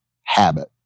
habit